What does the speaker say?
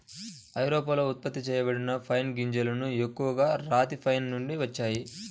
ఐరోపాలో ఉత్పత్తి చేయబడిన పైన్ గింజలు ఎక్కువగా రాతి పైన్ నుండి వచ్చాయి